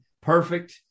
Perfect